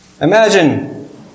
Imagine